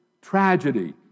tragedy